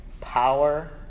power